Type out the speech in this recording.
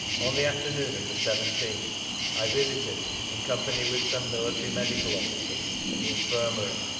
on the afternoon of the seventeenth i visited, in company with some military medical officers, the infirmary.